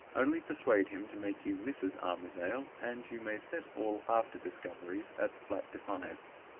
only persuade him to make you mrs. armadale, and you may set all after-discoveries at flat defiance.